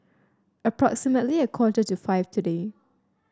approximately a quarter to five today